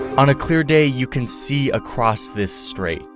on a clear day you can see across this strait,